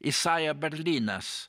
isaja berlynas